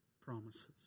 promises